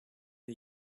are